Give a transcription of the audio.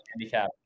handicap